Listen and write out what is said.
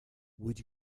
would